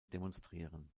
demonstrieren